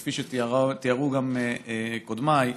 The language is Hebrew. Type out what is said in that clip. כפי שתיארו גם קודמיי,